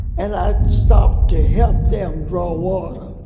and i stopped to help them draw water.